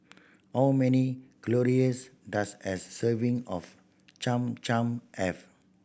how many calories does a serving of Cham Cham have